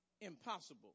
impossible